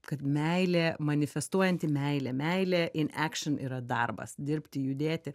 kad meilė manifestuojanti meilė meilė in ekšion yra darbas dirbti judėti